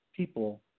People